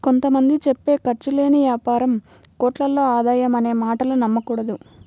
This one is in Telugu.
కొంత మంది చెప్పే ఖర్చు లేని యాపారం కోట్లలో ఆదాయం అనే మాటలు నమ్మకూడదు